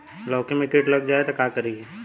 लौकी मे किट लग जाए तो का करी?